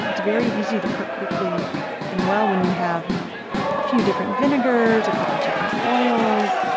it's very easy to cook quickly and well when you have you know a few different vinegars, a couple different oils,